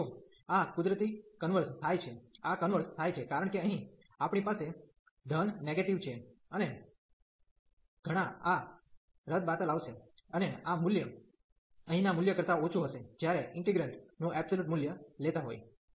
તેથી જો આ કુદરતી કન્વર્ઝ થાય છે આ કન્વર્ઝ થાય છે કારણ કે અહીં આપણી પાસે ધન નેગેટીવ છે અને ઘણા આ રદબાતલ આવશે અને આ મૂલ્ય અહીંના મૂલ્ય કરતાં ઓછું હશે જ્યારે ઇન્ટિગ્રેન્ટ નું એબ્સોલ્યુટ મૂલ્ય લેતા હોય